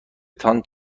تان